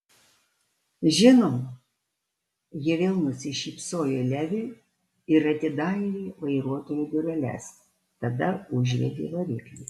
žinoma ji vėl nusišypsojo leviui ir atidarė vairuotojo dureles tada užvedė variklį